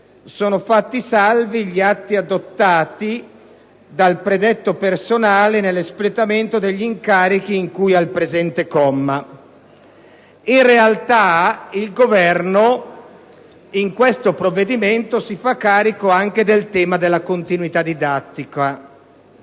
«Sono fatti salvi gli atti adottati dal predetto personale nell'espletamento degli incarichi di cui al presente comma». In realtà, in questo provvedimento il Governo si fa carico anche del tema della continuità didattica